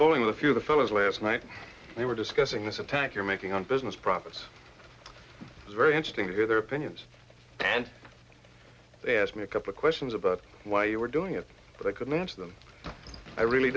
boeing a few of the fellows last night we were discussing this attack you're making on business process it's very interesting to hear their opinions and they asked me a couple questions about why you were doing it but i couldn't answer them i really